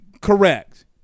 Correct